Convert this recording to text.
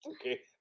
Okay